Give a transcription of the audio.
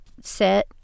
set